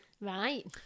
Right